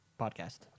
Podcast